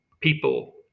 people